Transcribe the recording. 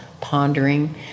pondering